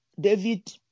david